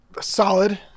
Solid